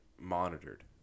monitored